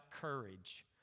courage